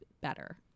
better